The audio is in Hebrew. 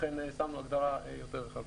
לכן שמנו הגדרה יותר רחבה.